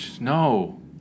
No